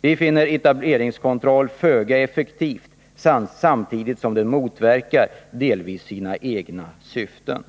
Vi finner en etableringskontroll vara föga effektiv, och dessutom motverkar den delvis sina egna syften.